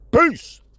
Peace